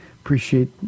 appreciate